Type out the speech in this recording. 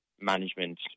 management